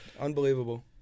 Unbelievable